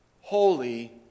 holy